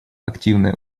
активное